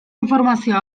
informazio